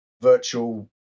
virtual